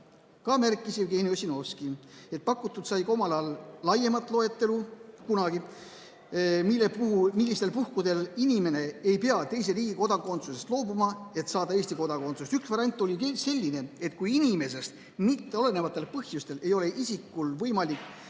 Ka märkis Jevgeni Ossinovski, et omal ajal sai pakutud ka laiemat loetelu, millistel puhkudel inimene ei pea teise riigi kodakondsusest loobuma, et saada Eesti kodakondsust. Üks variant oli selline, et kui inimesest mitteolenevatel põhjustel ei ole tal võimalik